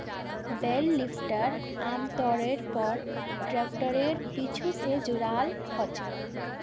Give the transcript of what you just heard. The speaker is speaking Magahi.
बेल लिफ्टर आमतौरेर पर ट्रैक्टरेर पीछू स जुराल ह छेक